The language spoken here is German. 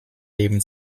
leben